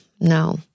no